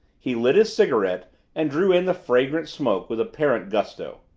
he lit his cigarette and drew in the fragrant smoke with apparent gusto.